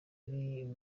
ari